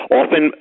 often